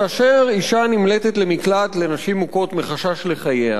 כאשר אשה נמלטת למקלט לנשים מוכות מחשש לחייה